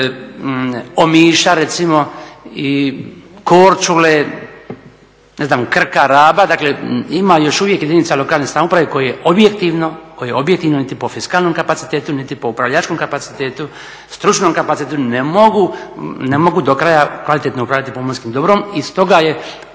Omiša recimo i Korčule, ne znam Krka, Raba. Dakle, ima još uvijek jedinica lokalne samouprave koje objektivno niti po fiskalnom kapacitetu niti po upravljačkom kapacitetu, stručnom kapacitetu ne mogu do kraja kvalitetno upravljati pomorskim dobrom. I stoga je